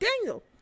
Daniel